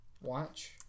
Watch